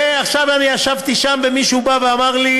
עכשיו אני ישבתי שם ומישהו בא ואמר לי